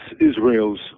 Israel's